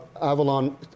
Avalon